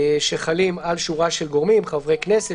שחלים על שורה של גורמים: חברי כנסת,